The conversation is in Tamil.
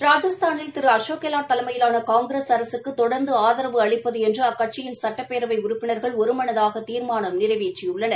ராஜஸ்தானில் திரு அளோக் கெலாட் தலைமையிலான காங்கிரஸ் அரசுக்கு தொடர்ந்து ஆதரவு அளிப்பது என்று அக்கட்சியின் சட்டப்பேரவை உறுப்பினர்கள் ஒருமனதாக தீர்மானம் நிறைவேற்றியுள்ளனர்